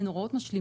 הן לרוב משלימות.